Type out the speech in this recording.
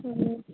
ꯎꯝ